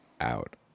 out